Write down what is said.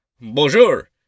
Bonjour